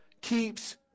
keeps